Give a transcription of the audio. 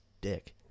dick